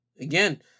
Again